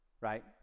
right